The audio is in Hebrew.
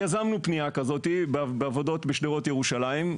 יזמנו פנייה כזאת בעבודות בשדרות ירושלים,